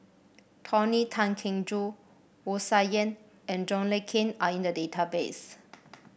Tony Tan Keng Joo Wu Tsai Yen and John Le Cain are in the database